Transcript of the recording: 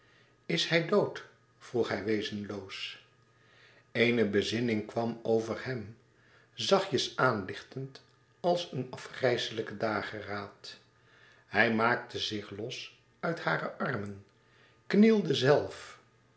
is hij dood vroeg hij wezenloos eene bezinning kwam over hem zachtjes àanlichtend als een afgrijselijke dageraad hij maakte zich los uit hare armen knielde zelf